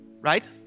right